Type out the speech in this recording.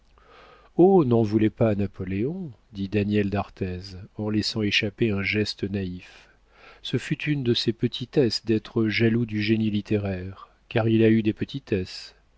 n'en voulez pas à napoléon dit daniel d'arthez en laissant échapper un geste naïf ce fut une de ses petitesses d'être jaloux du génie littéraire car il a eu des petitesses